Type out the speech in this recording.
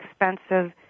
expensive